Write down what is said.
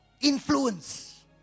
influence